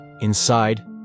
Inside